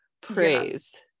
praise